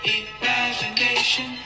imagination